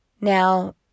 Now